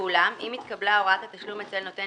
ואולם אם התקבלה הוראת התשלום אצל נותן